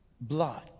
blood